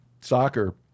Soccer